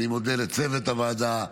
אני מודה לצוות הוועדה,